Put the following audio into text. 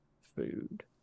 food